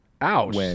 Ouch